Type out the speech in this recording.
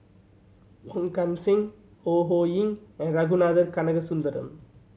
Wong Kan Seng Ho Ho Ying and Ragunathar Kanagasuntheram